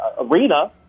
arena